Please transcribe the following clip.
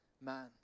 man